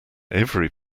every